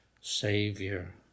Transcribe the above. savior